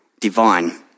divine